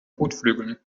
kotflügeln